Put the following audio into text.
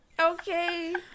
Okay